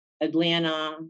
Atlanta